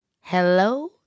Hello